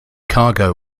cargo